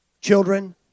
Children